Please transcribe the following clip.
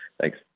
Thanks